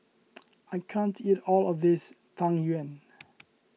I can't eat all of this Tang Yuen